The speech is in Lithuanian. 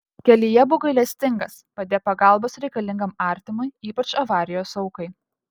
kelyje būk gailestingas padėk pagalbos reikalingam artimui ypač avarijos aukai